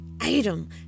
item